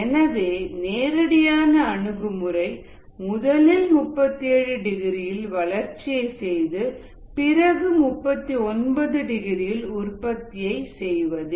எனவே நேரடியான அணுகுமுறை முதலில் 37 டிகிரியில் வளர்ச்சியை செய்து பிறகு 39 டிகிரியில் உற்பத்தியை செய்வதே